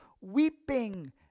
weeping